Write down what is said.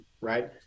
right